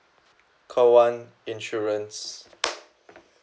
call one insurance